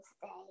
today